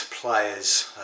players